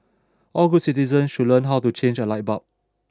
all good citizens should learn how to change a light bulb